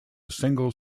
single